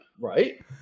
right